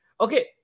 Okay